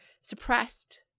suppressed